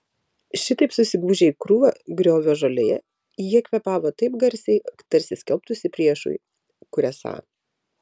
šitaip susigūžę į krūvą griovio žolėje jie kvėpavo taip garsiai tarsi skelbtųsi priešui kur esą